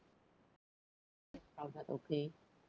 not crowded okay